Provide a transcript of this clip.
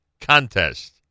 Contest